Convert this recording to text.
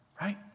Right